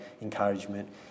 encouragement